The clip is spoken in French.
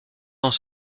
dans